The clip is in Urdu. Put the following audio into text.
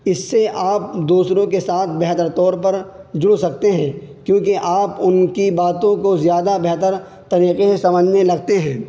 اس سے آپ دوسروں کے ساتھ بہتر طور پر جڑ سکتے ہیں کیونکہ آپ ان کی باتوں کو زیادہ بہتر طریقے سمجھنے لگتے ہیں